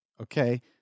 Okay